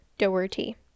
Doherty